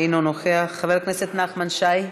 אינו נוכח, חבר הכנסת נחמן שי,